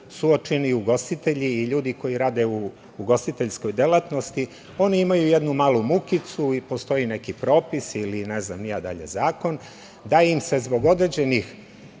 suočeni ugostitelji koji rade u ugostiteljskoj delatnosti. Oni imaju jednu malu mukicu i postoji neki propis i ne znam ni ja da li je zakon da im se zbog određenih